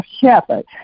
shepherd